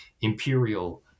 imperial